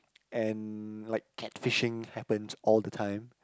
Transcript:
and like catfishing happens all the time